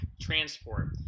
transport